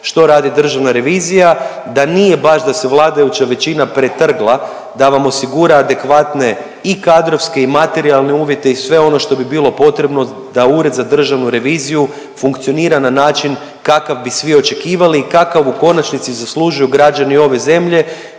što radi državna revizija, da nije baš da se vladajuća većina pretrgla da vam osigura adekvatne i kadrovske i materijalne uvjete i sve ono što bi bilo potrebno da Ured za državnu reviziju funkcionira na način kakav bi svi očekivali i kakav u konačnici zaslužuju građani ove zemlje